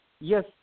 Yes